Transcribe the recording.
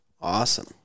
Awesome